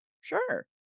Sure